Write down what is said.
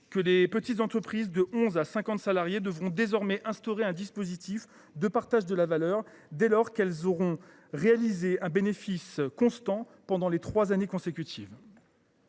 les petites entreprises de 11 à 50 salariés devront désormais instaurer un dispositif de partage de la valeur dès lors qu’elles auront réalisé un bénéfice constant pendant trois années consécutives.